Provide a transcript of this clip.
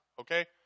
okay